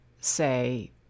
say